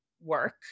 work